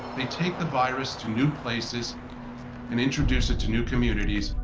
they take the virus to new places and introduce it to new communities,